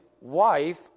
wife